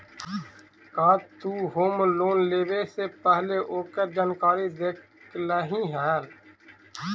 का तु home loan लेवे से पहिले ओकर जानकारी देखलही हल?